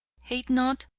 hate not,